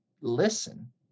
listen